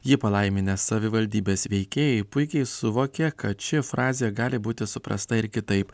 jį palaiminę savivaldybės veikėjai puikiai suvokė kad ši frazė gali būti suprasta ir kitaip